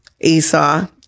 Esau